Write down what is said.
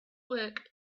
work